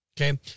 Okay